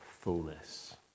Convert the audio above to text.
fullness